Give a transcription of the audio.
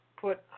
put